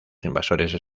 invasores